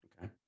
Okay